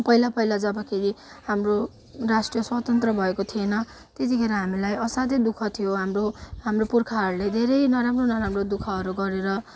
पहिला पहिला जबखेरि हाम्रो राष्ट्र स्वतन्त्र भएको थिएन त्यतिखेर हामीलाई असाध्य दुखः थियो हाम्रो हाम्रो पुर्खाहरूले धेरै नराम्रो नराम्रो दुखःहरू गरेर